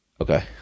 Okay